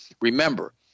Remember